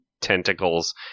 tentacles